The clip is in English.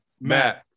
Matt